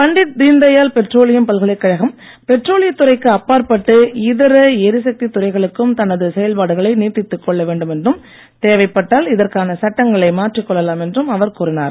Pandit Deendayal petroleum பல்கலைக்கழகம் பெட்ரோலிய துறைக்கு அப்பாற்பட்டு இதர எரிசக்தித் துறைகளுக்கும் தனது செயல்பாடுகளை நீட்டித்துக் கொள்ள வேண்டுமென்றும் தேவைப்பட்டால் இதற்கான சட்டங்களை மாற்றிக் கொள்ளலாம் என்றும் அவர் கூறினார்